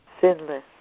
sinless